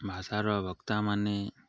ଭାଷାର ଭକ୍ତାମାନି